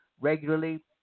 regularly